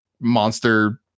monster